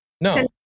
No